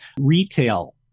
retail